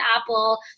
Apple